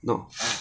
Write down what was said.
no